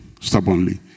stubbornly